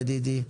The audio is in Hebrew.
ידידי.